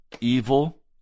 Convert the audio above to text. evil